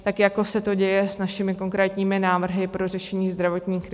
Tak jako se to děje s našimi konkrétními návrhy pro řešení zdravotní krize.